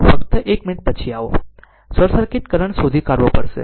ફક્ત એક મિનિટ પછી આવો શોર્ટ સર્કિટ કરંટ શોધી કાઢવો પડશે